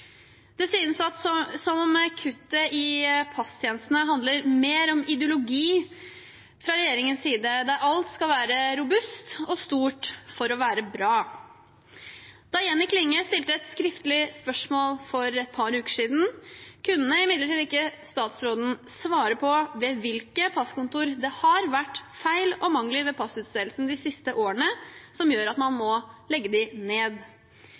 Det synes som om kuttet i passtjenestene handler mer om ideologi fra regjeringens side, der alt skal være «robust» og stort for å være bra. Da Jenny Klinge stilte et skriftlig spørsmål for et par uker siden, kunne imidlertid ikke statsråden svare på ved hvilke passkontor det har vært feil og mangler ved passutstedelsen de siste årene som gjør at man må legge dem ned.